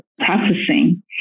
processing